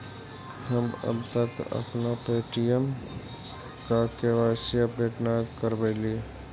हम अब तक अपना पे.टी.एम का के.वाई.सी अपडेट न करवइली